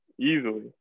Easily